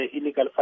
illegal